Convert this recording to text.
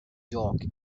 york